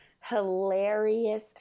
hilarious